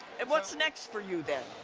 and what's next for you then?